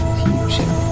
future